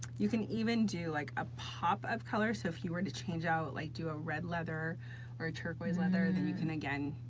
you can even do like a pop of color. so if you were to change out like do a red leather or a turquoise leather, then you can, again,